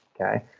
okay